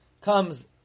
Comes